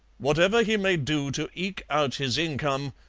whatever he may do to eke out his income,